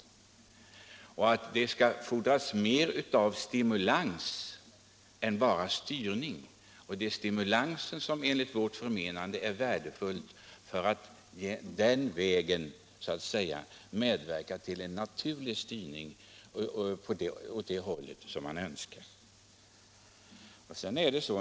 Enligt vårt förmenande fordras det mer av stimulans och mindre av styrning. Stimulansen är värdefull för att åstadkomma en naturlig styrning åt det håll man önskar.